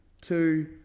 two